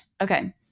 Okay